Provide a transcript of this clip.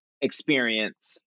experience